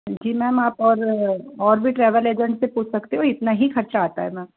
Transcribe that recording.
जी ma'am आप और और भी ट्रेवल एजेंट से पूछ सकते हो इतना ही खर्चा आता है मैम